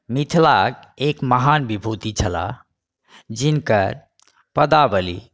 मिथिलाके एक महान विभुति छलाह जिनकर पदावली